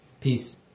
peace